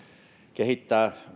kehittää